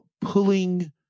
pulling